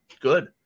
good